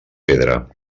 pedra